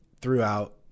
throughout